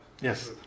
Yes